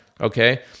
Okay